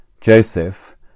Joseph